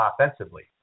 offensively